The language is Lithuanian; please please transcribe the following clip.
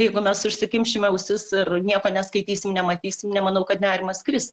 jeigu mes užsikimšime ausis ir nieko neskaitysim nematysim nemanau kad nerimas kris